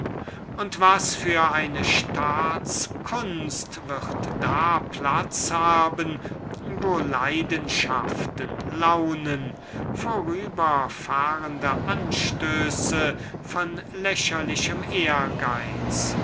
und was für eine staatskunst wird da platz haben wo leidenschaften launen vorüberfahrende anstöße von lächerlichem ehrgeiz